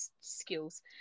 skills